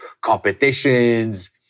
competitions